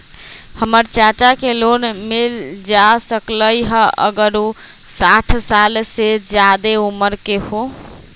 हमर चाचा के लोन मिल जा सकलई ह अगर उ साठ साल से जादे उमर के हों?